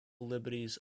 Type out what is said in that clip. liberties